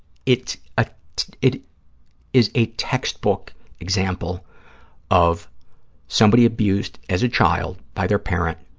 it ah it is a textbook example of somebody abused as a child by their parent